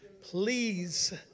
please